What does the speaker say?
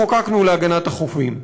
שאנחנו חוקקנו להגנת החופים.